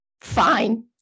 Fine